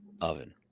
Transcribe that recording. oven